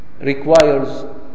requires